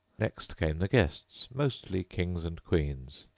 next came the guests, mostly kings and queens,